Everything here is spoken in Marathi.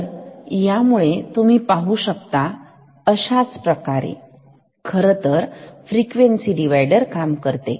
तर यामुळे तुम्ही पाहू शकता अशाप्रकारे खरंतर फ्रिक्वेन्सी डिव्हायडर काम करते